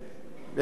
זו ההתדיינות,